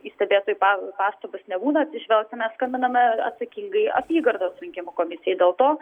į stebėtojų pastabas nebūna atsižvelgiama skambiname atsakingai apygardos rinkimų komisijai dėl to